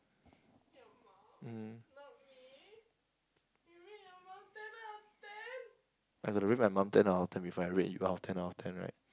mm I got to rate my mum ten out of ten before I rate you out of ten out of ten right